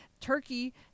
Turkey